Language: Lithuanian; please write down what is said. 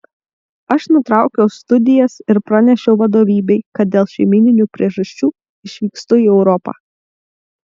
aš nutraukiau studijas ir pranešiau vadovybei kad dėl šeimyninių priežasčių išvykstu į europą